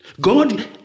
God